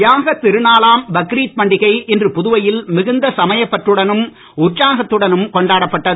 தியாகத் திருநாளாம் பக்ரீத் பண்டிகை இன்று புதுவையில் மிகுந்த சமயப் பற்றுடனும் உற்சாகத்துடனும் கொண்டாடப்பட்டது